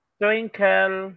twinkle